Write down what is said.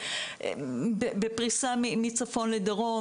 בפריסה מצפון לדרום,